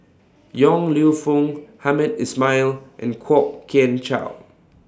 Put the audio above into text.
Yong Lew Foong Hamed Ismail and Kwok Kian Chow